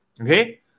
okay